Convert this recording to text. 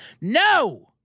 No